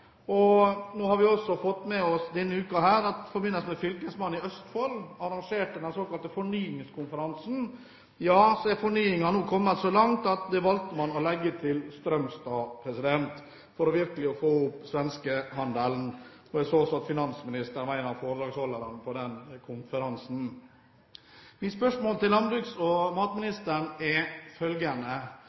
har vi også fått med oss at i forbindelse med at fylkesmannen i Østfold arrangerte den såkalte fornyingskonferansen, ja, så er fornyingen nå kommet så langt at man valgte å legge den til Strømstad, for virkelig å få opp svenskehandelen. Jeg så også at finansministeren var en av foredragsholderne på den konferansen. I forbindelse med jordbruksoppgjøret har man lagt inn som en del av den avtalen at pris til